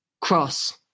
cross